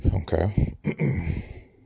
Okay